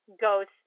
ghost